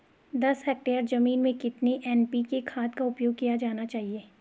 दस हेक्टेयर जमीन में कितनी एन.पी.के खाद का उपयोग किया जाना चाहिए?